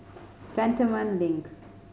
Cantonment Link